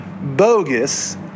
bogus